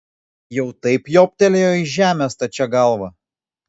jau taip jobtelėjo į žemę stačia galva